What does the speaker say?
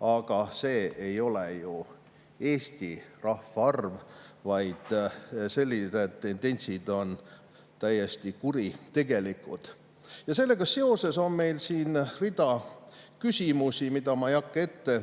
Aga see ei ole ju eesti rahva arv. Sellised tendentsid on täiesti kuritegelikud. Sellega seoses on meil rida küsimusi, mida ma ei hakka ette